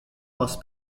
was